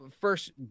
first